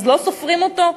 אז לא סופרים אותו?